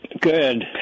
Good